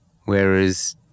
Whereas